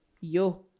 yo